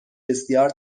بسیار